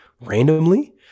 randomly